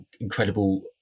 incredible